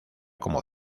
como